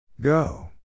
Go